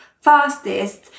fastest